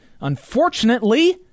Unfortunately